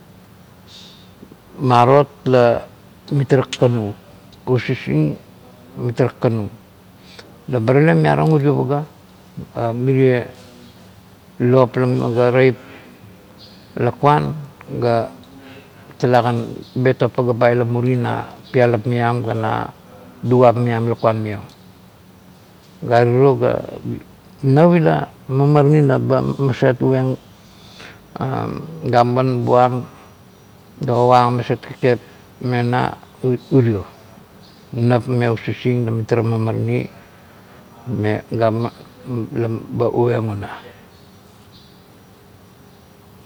Marot la mitara kakano, usising mitara kakanu, laba lalemiarang urio paga, a mirie lop ga taip lakuan ga tulakan betong paga ba ila muri na pialap maian ga luguap maiam lakuan maiong. Gare tiro ga nap ila mamarani leba maset neng gapman buang ga ogoang aset kakep me una it iro. Nap me usising la mitara mamarani me gapman leba ueng ua.